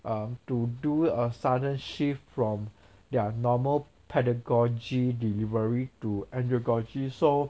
um to do a sudden shift from their normal pedagogy delivery to andragogy so